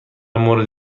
مورد